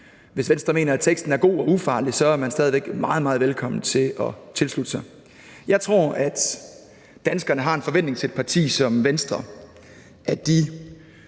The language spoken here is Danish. hvis Venstre mener, at teksten er god og ufarlig, så er man stadig væk meget, meget velkommen til at tilslutte sig. Jeg tror, at danskerne har en forventning til et parti som Venstre